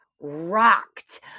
rocked